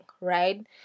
right